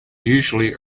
usually